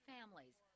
Families